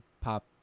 pop